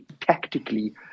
tactically